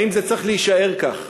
האם זה צריך להישאר כך?